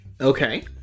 okay